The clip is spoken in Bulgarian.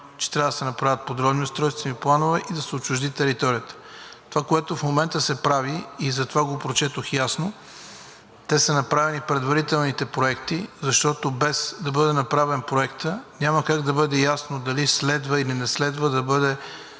че трябва да се направят подробни устройствени планове и да се отчужди територията. Това, което в момента се прави, и затова го прочетох ясно, направени са предварителните проекти, защото, без да бъде направен проектът, няма как да бъде ясно дали следва, или не следва да бъде